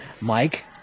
mike